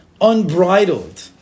unbridled